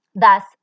Thus